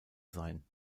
sein